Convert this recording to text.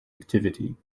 activity